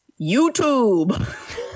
YouTube